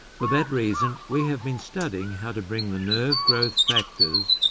for that reason, we have been studying how to bring the nerve growth factors,